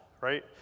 right